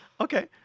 Okay